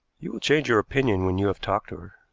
you will change your opinion when you have talked to her.